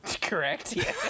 Correct